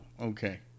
Okay